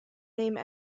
name